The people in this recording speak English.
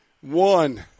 One